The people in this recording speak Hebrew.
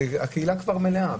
הקהילה כבר מלאה.